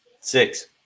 Six